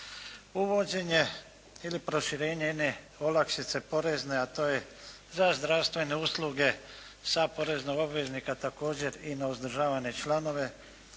Uvođenje ili proširenje jedne olakšice porezne, a to je za zdravstvene usluge sa poreznog obveznika također i na uzdržavane članove